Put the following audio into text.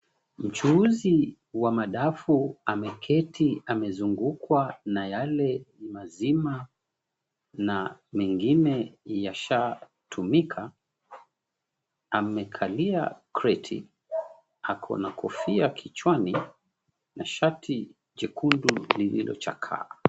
Mchuuzi wa madafu ameketi amezungukwa na yale mazima na mengine yashaa tumika. Amevalia kreti . Ako na kofia kichwani na shati jekundu lililochakaa.